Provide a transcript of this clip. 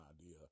idea